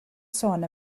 sôn